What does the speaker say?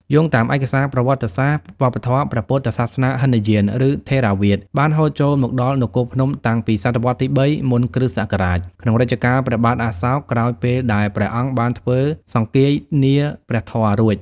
យោងតាមឯកសារប្រវត្តិសាស្ត្រ វប្បធម៌ព្រះពុទ្ធសាសនាហីនយាន ឬថេរវាទ បានហូរចូលមកដល់ នគរភ្នំ តាំងពីសតវត្សរ៍ទី ៣ មុនគ.ស. ក្នុងរជ្ជកាលព្រះបាទអសោក ក្រោយពេលដែលព្រះអង្គបានធ្វើសង្គាយនាព្រះធម៌រួច។